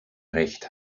recht